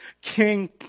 King